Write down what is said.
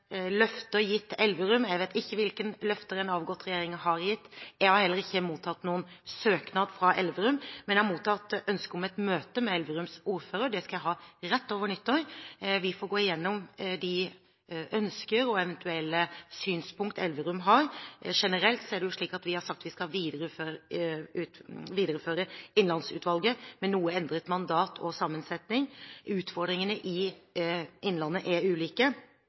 gitt til Elverum. Jeg vet ikke hvilke løfter den avgåtte regjeringen har gitt. Jeg har heller ikke mottatt noen søknad fra Elverum, men jeg har mottatt ønske om et møte med Elverums ordfører. Det skal jeg ha rett over nyttår for å gå gjennom de ønsker og eventuelle synspunkter Elverum har. Generelt er det slik at vi har sagt at vi skal videreføre Innlandsutvalget, med noe endret mandat og sammensetning. Utfordringene i innlandet er ulike,